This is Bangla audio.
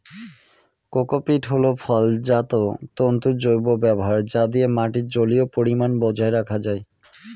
কোকোপীট হল ফলজাত তন্তুর জৈব ব্যবহার যা দিয়ে মাটির জলীয় পরিমান বজায় রাখা যায়